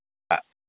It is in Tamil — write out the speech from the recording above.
ஆ